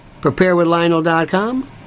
preparewithlionel.com